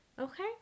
Okay